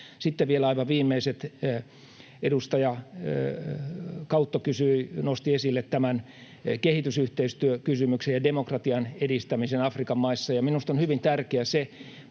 Sitten vielä aivan viimeinen: Edustaja Kautto nosti esille kehitysyhteistyökysymyksen ja demokratian edistämisen Afrikan maissa, ja minusta on hyvin tärkeä se